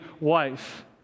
wife